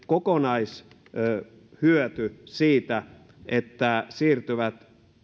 kokonaishyöty siitä että he siirtyvät